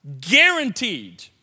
Guaranteed